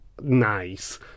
nice